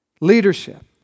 Leadership